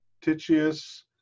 Titius